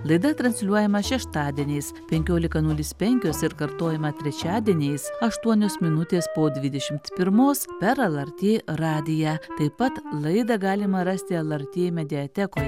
laida transliuojama šeštadieniais penkiolika nulis penkios ir kartojama trečiadieniais aštuonios minutės po dvidešimt pirmos per lrt radiją taip pat laidą galima rasti lrt mediatekoje